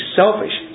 selfish